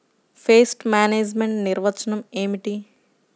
Pest management నిర్వచనం ఏమిటి?